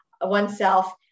oneself